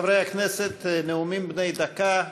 חברי הכנסת, נאומים בני דקה.